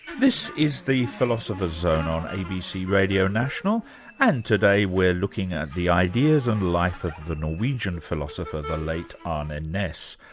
this is the philosopher's zone on abc radio national and today we're looking at the ideas and life of the norwegian philosopher, the late arne ah naess,